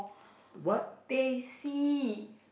teh C